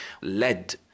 led